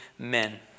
amen